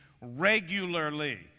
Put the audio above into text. regularly